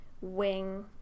Wing